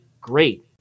great